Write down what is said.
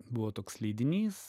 buvo toks leidinys